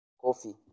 coffee